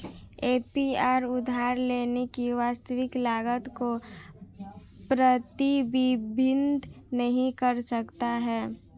APR उधार लेने की वास्तविक लागत को प्रतिबिंबित नहीं कर सकता है